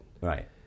Right